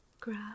Grab